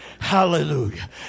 Hallelujah